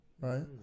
right